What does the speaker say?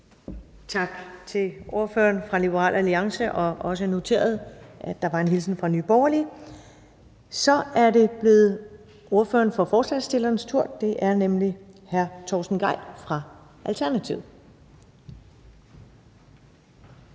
Tak til ordføreren fra Liberal Alliance. Det er også noteret, at der var en hilsen fra Nye Borgerlige. Så er det blevet ordføreren for forslagsstillernes tur, og det er hr. Torsten Gejl fra Alternativet.